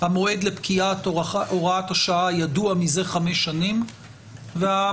המועד לפקיעת הוראת השעה ידוע מזה חמש שנים והמצב